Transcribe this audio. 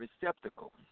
receptacle